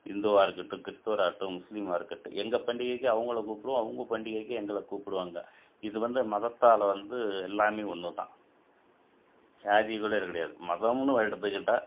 இந்துவாக இருக்கட்டும் கிறிஸ்துவராக்கட்டும் முஸ்லீமாக இருக்கட்டும் எங்கள் பண்டிகைக்கு அவங்களை கூப்பிடுவோம் அவங்க பண்டிகைக்கு எங்களை கூப்பிடுவாங்க இது வந்து மதத்தால் வந்து எல்லாமே ஒன்று தான் ஜாதிக்கூட கிடையாது மதம்னு எடுத்துக்கிட்டால்